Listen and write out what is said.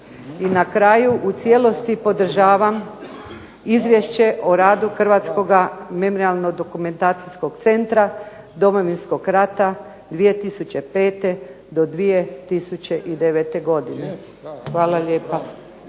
I na kraju u cijelosti podržavam Izvješće o radu Hrvatskoga memorijalno-dokumentacijskog centra Domovinskog rata 2005. do 2009. godine. Hvala lijepa.